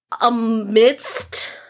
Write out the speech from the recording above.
amidst